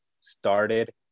started